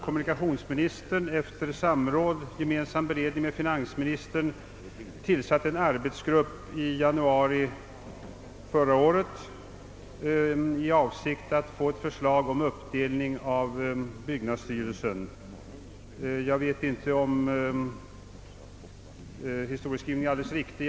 Kommunikationsministern tillsatte efter gemensam beredning med finansministern i januari förra året en arbetsgrupp i avsikt att få ett förslag om uppdelning av byggnadsstyrelsen. Jag vet inte om historieskrivningen är alldeles riktig.